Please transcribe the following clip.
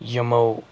یِمو